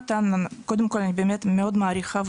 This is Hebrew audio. קודם כל אני באמת מאוד מעריכה.